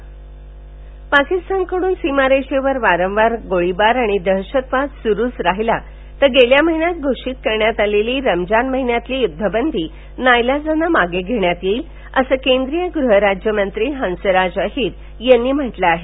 हंसराज अहिर पाकिस्तानकडून सीमारेषेवर वाखार गोळीबार आणि दहशतवाद सुरूच राहिला तर गेल्या महिन्यात घोषित करण्यात आलेली रमजान महिन्यातली युद्धबंदी नाईलाजाने मागे घेण्यात येईल असं केंद्रीय गृहराज्य मंत्री हंसराज अहिर यांनी म्हटलं आहे